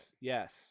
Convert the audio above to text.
yes